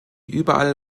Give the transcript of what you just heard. überall